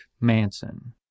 Manson